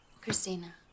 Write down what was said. Christina